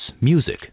music